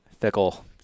fickle